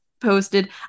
posted